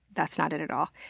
that's not it it all.